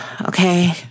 okay